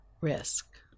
risk